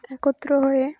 একত্র হয়ে